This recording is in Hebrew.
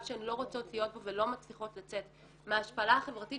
שהן לא רוצות להיות בו ולא מצליחות לצאת מההשפלה החברתית